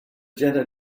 jena